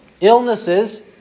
illnesses